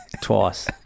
Twice